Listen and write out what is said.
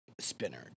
spinner